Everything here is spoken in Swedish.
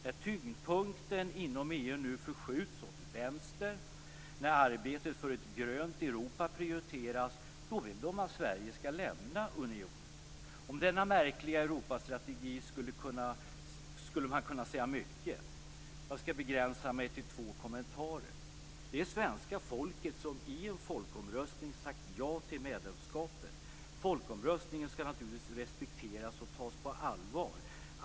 När tyngdpunkten inom EU nu förskjuts åt vänster och när arbetet för ett grönt Europa prioriteras vill de att Sverige skall lämna unionen. Om denna märkliga Europastrategi skulle man kunna säga mycket. Jag skall begränsa mig till två kommentarer. Det är svenska folket som i en folkomröstning har sagt ja till medlemskapet. Folkomröstningen skall naturligtvis respekteras och tas på allvar.